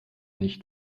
nicht